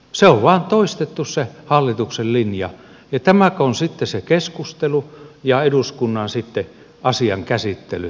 se on vain toistettu se hallituksen linja ja tämäkö on sitten se keskustelu ja eduskunnan asian käsittely